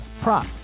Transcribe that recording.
prop